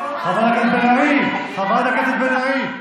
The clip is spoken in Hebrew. חברת הכנסת בן ארי,